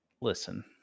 listen